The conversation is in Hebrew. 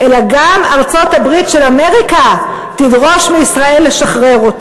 אלא גם ובעיקר משום ששחרור מחבלים הוא